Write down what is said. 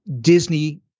Disney